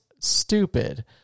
Stupid